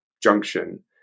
junction